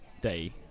day